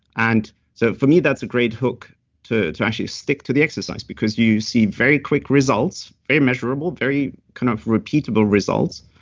and so for me, that's a great hook to to actually stick to the exercise because you see very quick results, very measurable, very convenient kind of repeatable results.